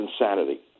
insanity